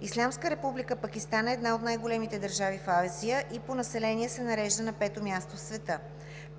Ислямска република Пакистан е една от най-големите държави в Азия и по население се нарежда на пето място в света.